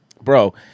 Bro